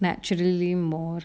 naturally more